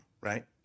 Right